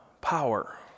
power